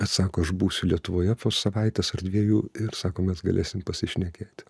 bet sako aš būsiu lietuvoje po savaitės ar dviejų ir sako mes galėsim pasišnekėti